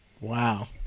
Wow